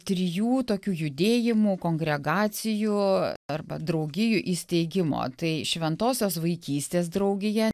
trijų tokių judėjimų kongregacijų arba draugijų įsteigimo tai šventosios vaikystės draugija